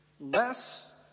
less